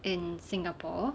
in singapore